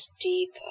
deeper